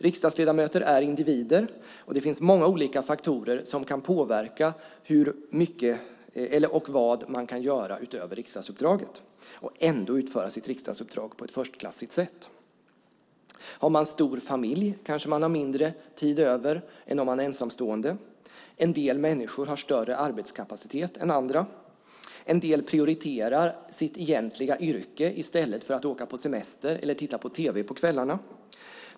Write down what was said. Riksdagsledamöter är individer, och det finns många olika faktorer som kan påverka hur mycket och vad man kan göra utöver riksdagsuppdraget och ändå utföra sitt riksdagsuppdrag på ett förstklassigt sätt. Om man har stor familj har man kanske mindre tid över än om man är ensamstående. En del har större arbetskapacitet än andra. En del prioriterar sitt egentliga yrke i stället för att åka på semester eller titta på tv på kvällarna.